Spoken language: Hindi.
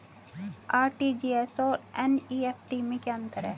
आर.टी.जी.एस और एन.ई.एफ.टी में क्या अंतर है?